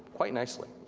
quite nicely.